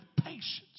patience